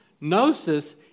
Gnosis